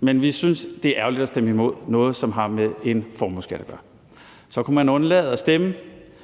men vi synes, det er ærgerligt at stemme imod noget, som har med en formueskat at gøre. Så kunne vi undlade at stemme, men